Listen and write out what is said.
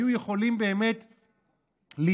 היו יכולים באמת לדאוג.